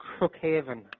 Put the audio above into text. Crookhaven